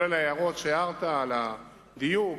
גם ההערות שהערת על הדיוק,